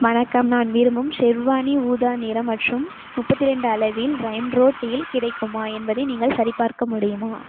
வணக்கம் நான் விரும்பும் ஷெர்வானி ஊதா நிறம் மற்றும் முப்பத்தி ரெண்டு அளவில் லைம்ரோட் இல் கிடைக்குமா என்பதை நீங்கள் சரிபார்க்க முடியுமா